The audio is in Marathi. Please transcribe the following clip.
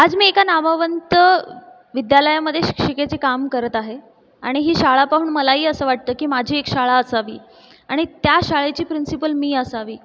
आज मी एका नामवंत विद्यालयामध्ये शिक्षिकेचे काम करत आहे आणि ही शाळा पाहून मलाही असं वाटतं की माझी एक शाळा असावी आणि त्या शाळेची प्रिंसिपल मी असावी